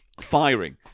firing